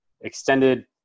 extended